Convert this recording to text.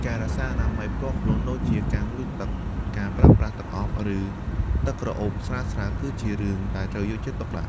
ការរក្សាអនាម័យផ្ទាល់ខ្លួនដូចជា ការងូតទឹក ការប្រើប្រាស់ទឹកអប់ ឬទឹកក្រអូបស្រាលៗ គឺជារឿងដែលត្រូវយកចិត្តទុកដាក់។